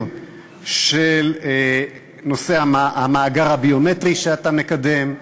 של נושא המאגר הביומטרי שאתה מקדם.